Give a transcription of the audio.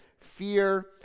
fear